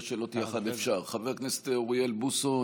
חבר הכנסת אוריאל בוסו,